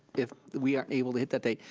if we aren't able to hit that date,